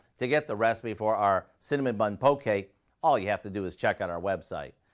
to get the recipe for our cinnamon bun poke cake all you have to do is check out our website.